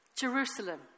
Jerusalem